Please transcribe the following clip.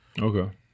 Okay